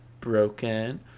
broken